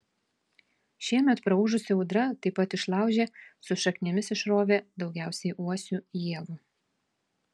šiemet praūžusi audra taip pat išlaužė su šaknimis išrovė daugiausiai uosių ievų